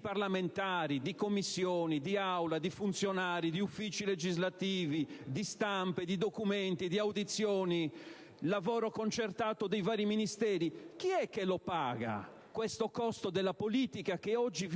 parlamentari, delle Commissioni, dell'Aula, dei funzionari, degli uffici legislativi, di stampe di documenti, di audizioni, di elaborazioni concertate dei vari Ministeri? Chi è che paga questo costo della politica che oggi,